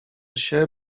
się